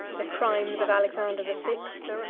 the crimes of alexander the sixth,